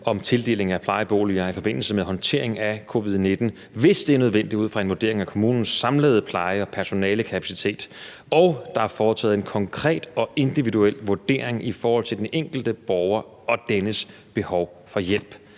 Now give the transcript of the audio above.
for tildeling af plejeboliger i forbindelse med håndteringen af covid-19, hvis det er nødvendigt ud fra en vurdering af kommunens samlede pleje- og personalekapacitet og der er foretaget en konkret og individuel vurdering i forhold til den enkelte borger og dennes behov for hjælp.